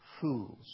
fools